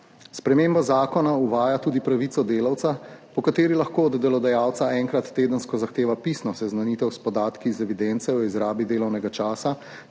Sprememba zakona uvaja tudi pravico delavca, po kateri lahko od delodajalca enkrat tedensko zahteva pisno seznanitev s podatki iz evidence o izrabi delovnega časa